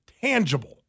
tangible